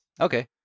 Okay